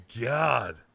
god